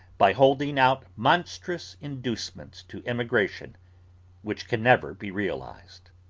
by holding out monstrous inducements to emigration which can never be realised.